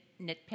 nitpick